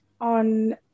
on